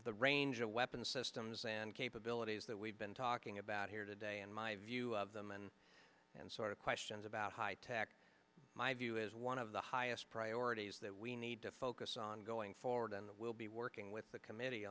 the range of weapon systems and capabilities that we've been talking about here today in my view of the men and sort of questions about high tech my view is one of the highest priorities that we need to focus on going forward and that we'll be working with the committee